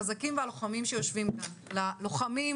החזקים והלוחמים שיושבים כאן, ללוחמים